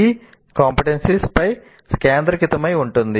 ఈ CO పై కేంద్రీకృతమై ఉంటుంది